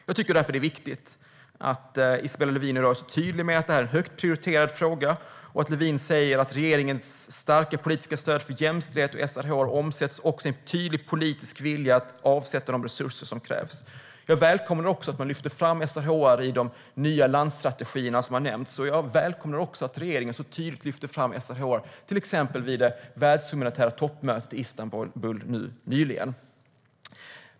Jag tycker därför att det är viktigt att Isabella Lövin i dag är så tydlig med att det här är en högt prioriterad fråga och säger att regeringens starka politiska stöd för jämställdhet och SRHR omsätts i en tydlig politisk vilja att avsätta de resurser som krävs. Jag välkomnar att man lyfter fram SRHR i de nya landstrategier som har nämnts. Jag välkomnar också att regeringen så tydligt lyfter fram SRHR, till exempel vid det världshumanitära toppmötet i Istanbul nyligen.